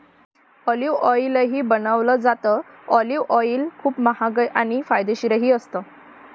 olive ऑईलही बनवलं जातं, ऑलिव्ह ऑईल खूप महाग आणि फायदेशीरही असतं